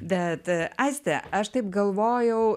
bet aistę aš taip galvojau